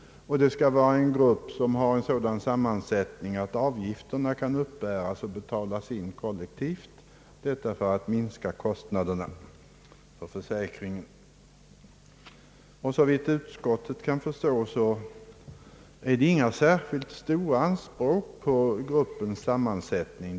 Det skall vara en grupp som har sådan sammansättning att avgifterna kan uppbäras och betalas in kollektivt — detta för att minska kostnaderna för försäkringen. Såvitt utskottet kan förstå föreligger det inga särskilt stora anspråk på gruppens sammansättning.